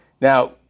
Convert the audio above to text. Now